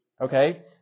Okay